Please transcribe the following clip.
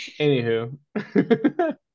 Anywho